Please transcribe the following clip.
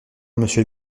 monsieur